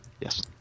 Yes